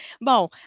Bom